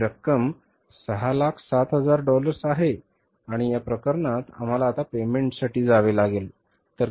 ही रक्कम 607000 डॉलर्स आहे आणि या प्रकरणात आम्हाला आता पेमेंटसाठी जावे लागेल